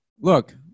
Look